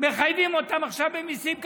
מחייבים עכשיו במיסים.